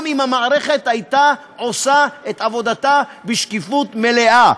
אם המערכת הייתה עושה את עבודתה בשקיפות מלאה.